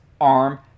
arm